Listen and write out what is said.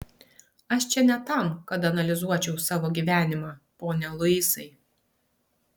aš čia ne tam kad analizuočiau savo gyvenimą pone luisai